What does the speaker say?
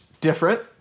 different